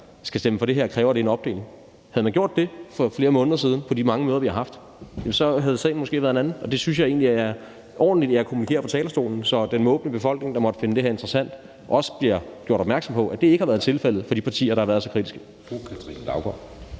skulle stemme for det, krævede en opdeling. Havde man gjort det for flere måneder siden på de mange møder, vi har haft, havde sagen måske været en anden. Og det synes jeg egentlig er ordentligt, at jeg kommunikerer på talerstolen, så den måbende befolkning, der måtte finde det her interessant, også bliver gjort opmærksom på, at det ikke har været tilfældet for de partier, der har været så kritiske.